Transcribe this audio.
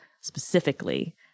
specifically